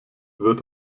wird